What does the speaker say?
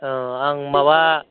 औ आं माबा